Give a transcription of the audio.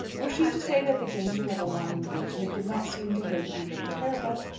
were she to say that the danger of a long engagement did not seem to her to be very terrible,